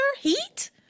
Heat